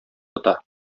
тота